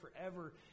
forever